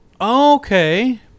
Okay